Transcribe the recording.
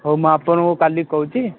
ହଉ ମୁଁ ଆପଣଙ୍କୁ କାଲି କହୁଛି